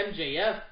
MJF